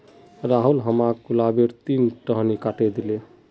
राहुल हमाक गुलाबेर तीन टहनी काटे दिले